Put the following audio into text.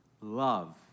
love